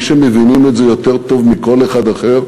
מי שמבינים את זה יותר טוב מכל אחד אחר